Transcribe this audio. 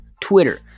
Twitter